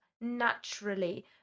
naturally